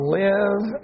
live